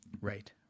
Right